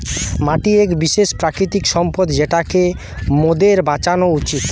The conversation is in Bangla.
মাটি এক বিশেষ প্রাকৃতিক সম্পদ যেটোকে মোদের বাঁচানো উচিত